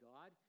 God